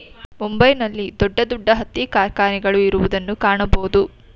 ಮುಂಬೈ ನಲ್ಲಿ ದೊಡ್ಡ ದೊಡ್ಡ ಹತ್ತಿ ಕಾರ್ಖಾನೆಗಳು ಇರುವುದನ್ನು ಕಾಣಬೋದು